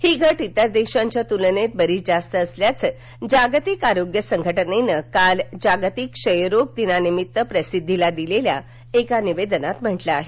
ही घट इतर देशांच्या तुलनेत बरीच जास्त असल्याचं जागतिक आरोग्य संघटनेनं काल जागतिक क्षयरोग दिनानिमित्त प्रसिद्धीस दिलेल्या निवेदनात म्हटलं आहे